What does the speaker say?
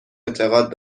اعتقاد